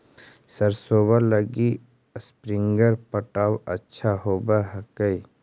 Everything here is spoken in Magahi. सरसोबा लगी स्प्रिंगर पटाय अच्छा होबै हकैय?